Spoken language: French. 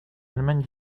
allemagne